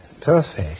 perfect